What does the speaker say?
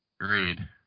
agreed